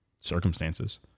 circumstances